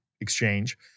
exchange